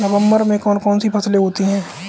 नवंबर में कौन कौन सी फसलें होती हैं?